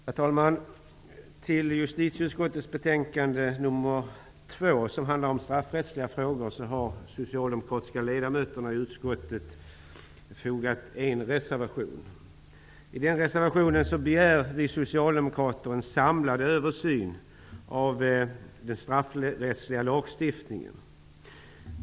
Herr talman! Till justitieutskottets betänkande 2, som handlar om straffrättsliga frågor, har de socialdemokratiska ledamöterna i utskottet fogat en reservation. I den reservationen begär vi socialdemokrater en samlad översyn av den straffrättsliga lagstiftningen.